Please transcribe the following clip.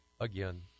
again